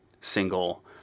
single